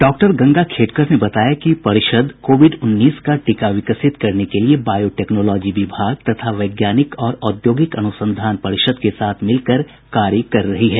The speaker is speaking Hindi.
डॉक्टर गंगाखेड़कर ने बताया कि परिषद कोविड उन्नीस का टीका विकसित करने के लिए बायो टेक्नोलॉजी विभाग तथा वैज्ञानिक और औद्योगिक अनुसंधान परिषद के साथ मिल कर कार्य कर रही है